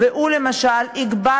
והוא יגבר,